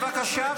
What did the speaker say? בבקשה,